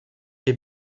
est